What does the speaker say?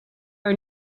are